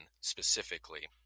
specifically